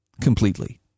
completely